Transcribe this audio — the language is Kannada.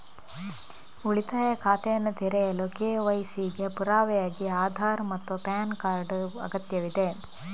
ಉಳಿತಾಯ ಖಾತೆಯನ್ನು ತೆರೆಯಲು ಕೆ.ವೈ.ಸಿ ಗೆ ಪುರಾವೆಯಾಗಿ ಆಧಾರ್ ಮತ್ತು ಪ್ಯಾನ್ ಕಾರ್ಡ್ ಅಗತ್ಯವಿದೆ